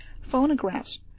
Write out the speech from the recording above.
phonographs